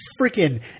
freaking